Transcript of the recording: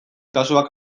kasuak